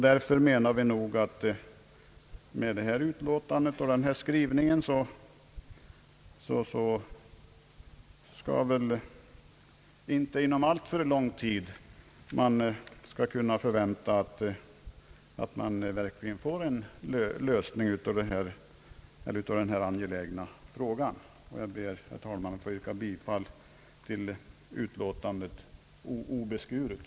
Därför menar vi att man med detta utlåtande och med denna skrivning bör kunna förvänta att denna angelägna sak verkligen blir löst inom inte alltför lång tid. Herr talman! Jag ber att få yrka bifall till utskottsutlåtandet obeskuret.